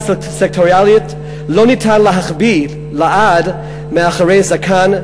סקטוריאלית לא ניתן להחביא לעד מאחורי זקן,